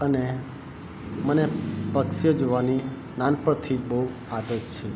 અને મને પક્ષીઓ જોવાની નાનપણથી જ બહુ આદત છે